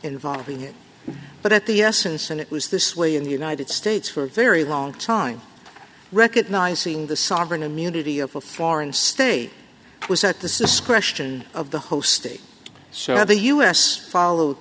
involving it but at the essence and it was this way in the united states for a very long time recognizing the sovereign immunity of a foreign state was that this is question of the host state so have the us follow